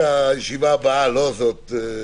הישיבה ננעלה בשעה